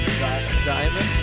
Diamond